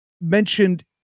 mentioned